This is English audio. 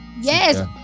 Yes